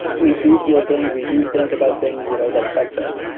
we do feel things, we do think about things, you know that affects us.